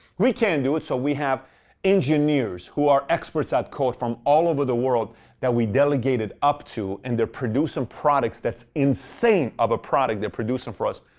we can't do it, so we have engineers who are experts at code, from all over the world that we delegated up to, and they're producing products that's insane of a product they're producing for us,